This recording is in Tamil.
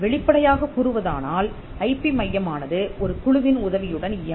வெளிப்படையாகக் கூறுவதானால் ஐபி மையமானது ஒரு குழுவின் உதவியுடன் இயங்கும்